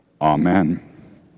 Amen